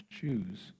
choose